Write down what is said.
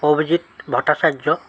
Abhijit Bhattacharya